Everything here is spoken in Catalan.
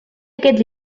aquest